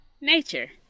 nature